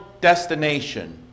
destination